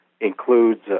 includes